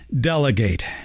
delegate